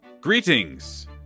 greetings